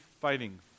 fighting